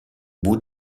bout